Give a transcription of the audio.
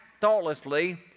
thoughtlessly